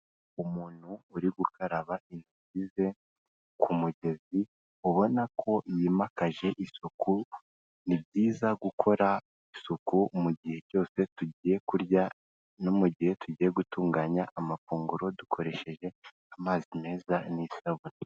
Umuntu uri gukaraba intoki ze ku mugezi ubona ko yimakaje isuku, ni byiza gukora isuku mu gihe cyose tugiye kurya no mu gihe tugiye gutunganya amafunguro dukoresheje amazi meza n'isabune.